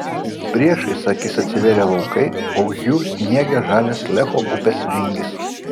priešais akis atsivėrė laukai o už jų sniege žalias lecho upės vingis